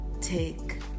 take